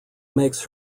makes